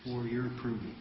for your approval